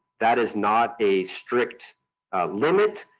that is not a strict limit.